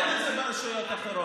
אין את זה ברשויות אחרות.